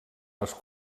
les